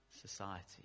society